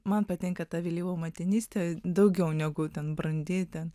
man patinka ta vėlyva motinystė daugiau negu ten brandi ten